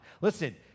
Listen